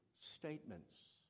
statements